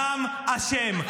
ראיתם את מסיבת העיתונאים?